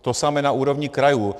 To samé na úrovni krajů.